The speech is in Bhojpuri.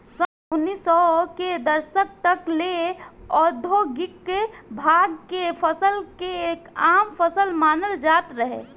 सन उनऽइस सौ के दशक तक ले औधोगिक भांग के फसल के आम फसल मानल जात रहे